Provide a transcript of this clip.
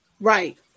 Right